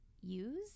use